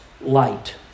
light